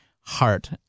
heart